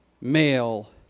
male